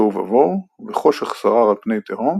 תוהו ובוהו, וחושך שרר על פני תהום,